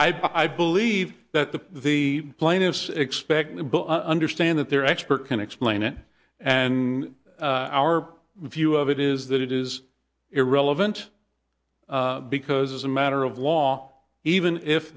i believe that the the plaintiffs expect understand that their expert can explain it and our view of it is that it is irrelevant because as a matter of law even if